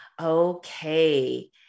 okay